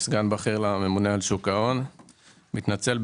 ונקווה שלא תקרה,